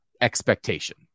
expectation